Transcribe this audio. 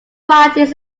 parties